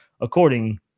according